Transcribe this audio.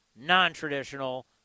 non-traditional